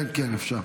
כן, אפשר.